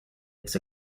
its